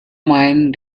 mind